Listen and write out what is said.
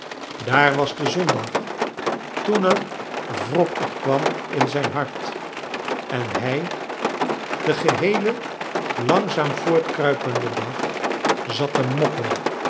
daar was de zondag toen er wrok opkwam in zijn hart en hij den geheelen langzaam voortkruipenden dag zat te mokken